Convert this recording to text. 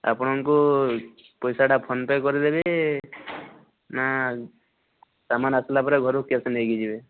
ଆପଣଙ୍କୁ ପଇସାଟା phone pay କରିଦେବି ନା ସାମାନ ଆସିଲା ପରେ ଘରୁ କିଏ ଆସି ନେଇକି ଯିବେ